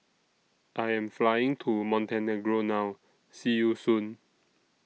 I Am Flying to Montenegro now See YOU Soon